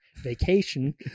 vacation